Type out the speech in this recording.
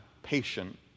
patient